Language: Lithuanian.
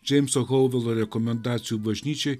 džeimso holvalo rekomendacijų bažnyčiai